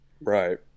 Right